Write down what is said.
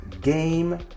game